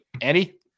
Andy